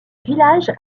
village